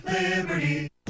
Liberty